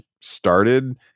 started –